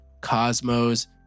cosmos